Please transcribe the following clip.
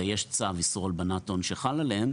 ויש צו איסור הלבנת הון שחל עליהם.